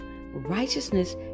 righteousness